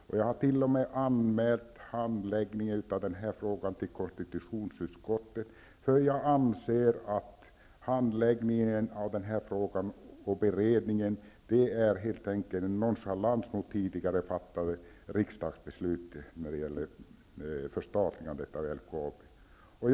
Dessutom har jag anmält handläggningen av det här ärendet till konstitutionsutskottet, för jag anser att handläggningen och beredningen helt enkelt är en nonchalans mot tidigare fattade riksdagsbeslut när det gäller förstatligande av LKAB.